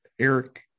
Eric